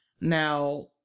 Now